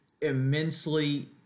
immensely